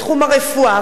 בתחום הרפואה,